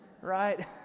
Right